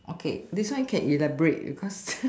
okay this one can elaborate because